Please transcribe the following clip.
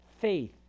faith